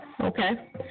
Okay